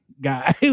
guy